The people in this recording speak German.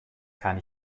kann